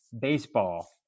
baseball